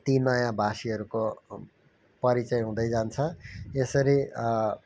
ती नयाँ भाषीहरूको परिचय हुँदै जान्छ यसरी